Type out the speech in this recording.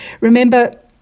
Remember